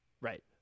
right